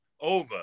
over